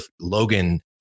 Logan